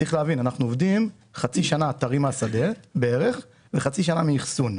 צריך להבין שאנחנו עובדים כחצי שנה על טרי מהשדה וחצי שנה מאחסון.